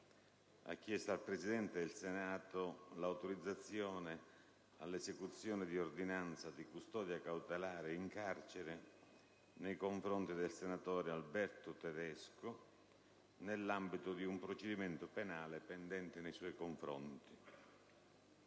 ha chiesto al Presidente del Senato l'autorizzazione all'esecuzione dell'ordinanza di custodia cautelare in carcere nei confronti del senatore Alberto Tedesco, nell'ambito di un procedimento penale pendente nei suoi confronti.